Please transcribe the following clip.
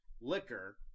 Liquor